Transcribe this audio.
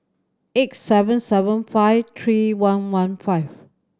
eight seven seven five three one one five